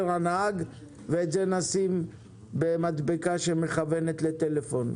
הנהג ואת זה נשים במדבקה שמכוונת לטלפון.